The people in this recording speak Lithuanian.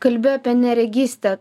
kalbi apie neregystę